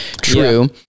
true